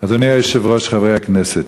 אדוני היושב-ראש, חברי הכנסת,